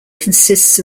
consists